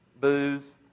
booze